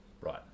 Right